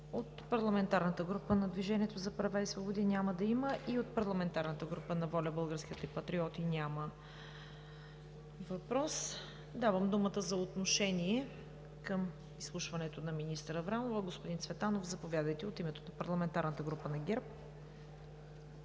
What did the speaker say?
От парламентарната група на „Движението за права и свободи“ няма да има. И от парламентарната група на „ВОЛЯ – Българските Патриоти“ няма въпрос. Давам думата за отношение към изслушването на министър Аврамова. Господин Цветанов, заповядайте от името на парламентарната група на ГЕРБ.